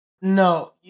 No